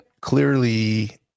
clearly